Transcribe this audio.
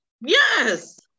yes